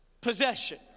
possession